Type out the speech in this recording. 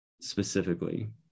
specifically